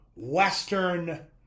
Western